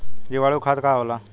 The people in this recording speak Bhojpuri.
जीवाणु खाद का होला?